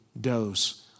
dose